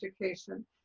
education